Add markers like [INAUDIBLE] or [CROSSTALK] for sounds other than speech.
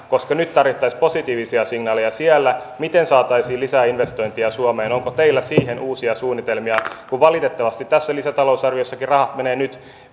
[UNINTELLIGIBLE] koska nyt siellä tarvittaisiin positiivisia signaaleja miten saataisiin lisää investointeja suomeen onko teillä siihen uusia suunnitelmia valitettavasti tässä lisätalousarviossakin rahat menevät nyt